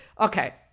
Okay